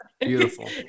Beautiful